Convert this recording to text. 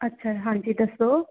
ਅੱਛਾ ਹਾਂਜੀ ਦੱਸੋ